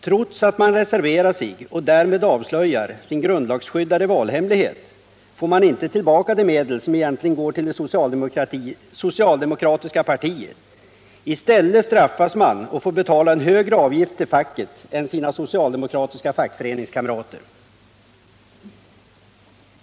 Trots att man reserverar sig — och därmed avslöjar sin grundlagsskyddade valhemlighet — får man inte tillbaka de medel som egentligen går till det socialdemokratiska partiet. I stället straffas man och får betala en högre avgift till facket än sina socialdemokratiska fackföreningskamrater.